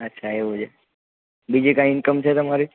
અચ્છા એવું બીજી કાંઈ ઇન્કમ છે તમારી